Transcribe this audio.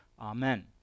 Amen